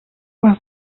was